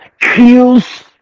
kills